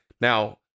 Now